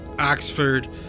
Oxford